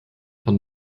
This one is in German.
von